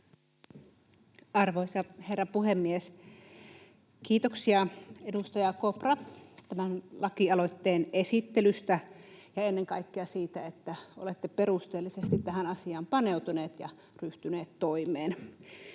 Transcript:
Arvoisa herra puhemies! Kiitoksia, edustaja Kopra, tämän lakialoitteen esittelystä ja ennen kaikkea siitä, että olette perusteellisesti tähän asiaan paneutuneet ja ryhtyneet toimeen.